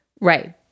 Right